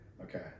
okay